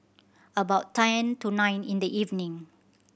about ten to nine in the evening